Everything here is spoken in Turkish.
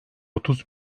otuz